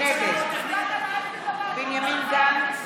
נגד בנימין גנץ,